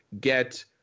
get